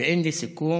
ואין לי ספק